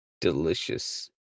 Delicious